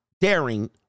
daring